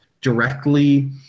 directly